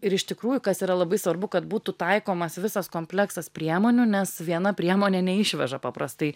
ir iš tikrųjų kas yra labai svarbu kad būtų taikomas visas kompleksas priemonių nes viena priemonė neišveža paprastai